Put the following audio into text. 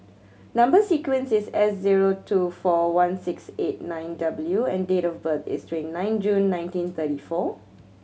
number sequence is S zero two four one six eight nine W and date of birth is twenty nine June nineteen thirty four